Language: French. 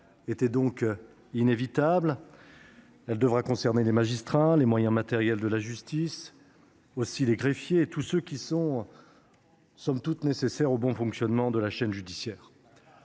est donc inévitable. Elle doit concerner les magistrats, les moyens matériels de la justice, mais aussi les greffiers et tous ceux qui sont nécessaires au bon fonctionnement de la chaîne judiciaire.